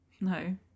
No